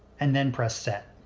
and then press set.